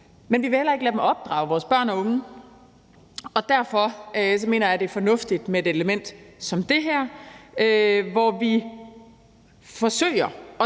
men at vi heller ikke vil lade dem opdrage vores børn og unge, og derfor mener jeg, at det er fornuftigt med et element som det her, hvor vi forsøger at